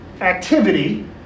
activity